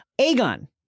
Aegon